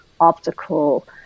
optical